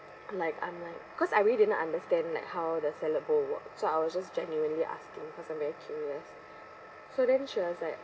I'm like I'm like cause I really didn't understand like how the salad bowl work so I was just genuinely asking cause I'm very curious so then she was like